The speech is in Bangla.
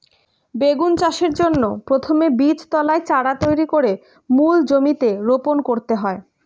বেগুন চাষের জন্য প্রথমে বীজতলায় চারা তৈরি করে মূল জমিতে রোপণ করতে হয়